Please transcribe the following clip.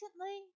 recently